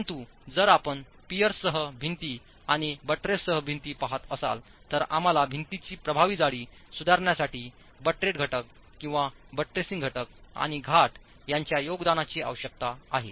परंतु जर आपण पायर्ससह भिंती आणि बट्रेससह भिंती पहात असाल तर आम्हाला भिंतीची प्रभावी जाडी सुधारण्यासाठी बटरेड घटक किंवा बट्रेसिंग घटक आणि घाट यांच्या योगदानाची आवश्यकता आहे